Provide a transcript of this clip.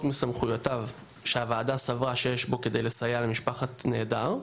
מסמכויותיו שהוועדה סברה שיש בו כדי לסייע למשפחת נעדר,